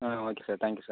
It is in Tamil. ah okay sir thank you sir